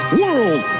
world